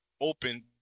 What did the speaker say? open-